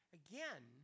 again